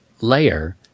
layer